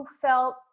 felt